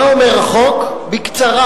מה אומר החוק, בקצרה?